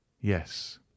yes